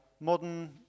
Modern